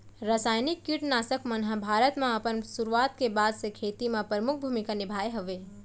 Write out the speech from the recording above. रासायनिक किट नाशक मन हा भारत मा अपन सुरुवात के बाद से खेती मा परमुख भूमिका निभाए हवे